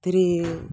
ଏଥିରେ